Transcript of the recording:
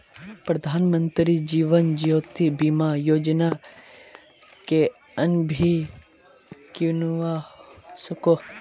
प्रधानमंत्री जीवन ज्योति बीमा योजना कोएन भी किन्वा सकोह